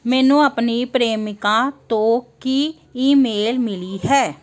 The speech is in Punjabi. ਮੈਨੂੰ ਆਪਣੀ ਪ੍ਰੇਮਿਕਾ ਤੋਂ ਕੀ ਈਮੇਲ ਮਿਲੀ ਹੈ